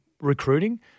recruiting